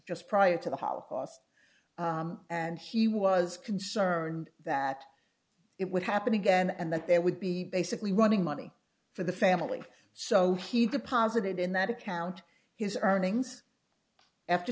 just prior to the holocaust and he was concerned that it would happen again and that there would be basically running money for the family so he deposited in that account his earnings after